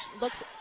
looks